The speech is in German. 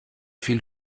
viel